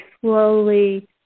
slowly